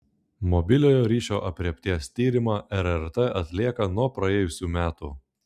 mobiliojo ryšio aprėpties tyrimą rrt atlieka nuo praėjusių metų